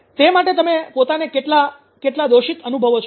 તે માટે તમે પોતાને કેટલા કેટલા દોષિત અનુભવો છો